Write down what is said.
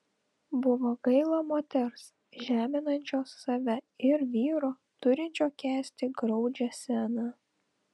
buvo gaila moters žeminančios save ir vyro turinčio kęsti graudžią sceną